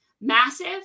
massive